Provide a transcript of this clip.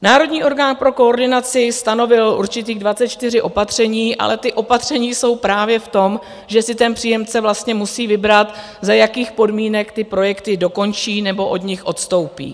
Národní orgán pro koordinaci stanovil určitých 24 opatření, ale ta opatření jsou právě v tom, že si příjemce vlastně musí vybrat, za jakých podmínek ty projekty dokončí nebo od nich odstoupí.